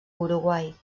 uruguai